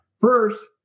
first